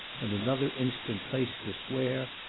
and another instant placed us where,